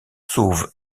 sauve